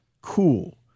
cool